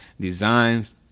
designs